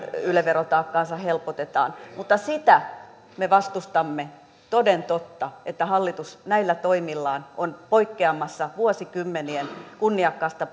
yle verotaakkaa helpotetaan mutta sitä me vastustamme toden totta että hallitus näillä toimillaan on poikkeamassa vuosikymmenien kunniakkaasta